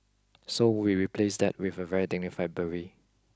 so we replaced that with a very dignified beret